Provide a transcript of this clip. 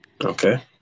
Okay